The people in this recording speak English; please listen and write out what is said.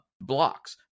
blocks